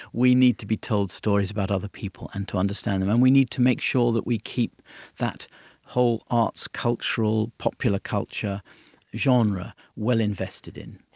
we need to be told stories about other people and to understand them, and we need to make sure that we keep that whole arts, cultural, popular culture genre well invested in.